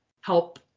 help